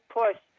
push